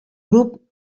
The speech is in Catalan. grup